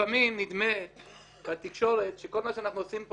לפעמים נדמה בתקשורת שכל מה שאנחנו עושים פה